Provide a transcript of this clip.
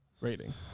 rating